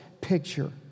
picture